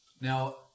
Now